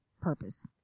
purpose